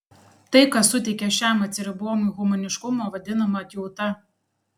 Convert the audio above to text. tai kas suteikia šiam atsiribojimui humaniškumo vadinama atjauta